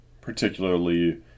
particularly